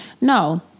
No